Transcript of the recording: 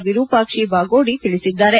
ವಿರುಪಾಕ್ಷಿ ಬಾಗೋಡಿ ತಿಳಿಸಿದ್ದಾರೆ